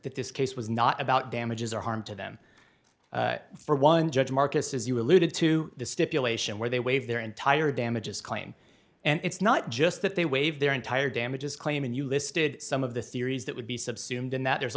that this case was not about damages or harm to them for one judge marcus as you alluded to the stipulation where they waive their entire damages claim and it's not just that they waive their entire damages claim and you listed some of the theories that would be subsumed in that there